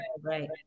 right